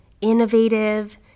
innovative